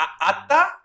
Ata